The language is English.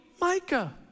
Micah